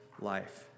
life